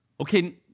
Okay